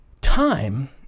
Time